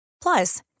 Plus